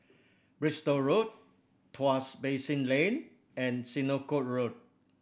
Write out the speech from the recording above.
Bristol Road Tuas Basin Lane and Senoko Road